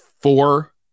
four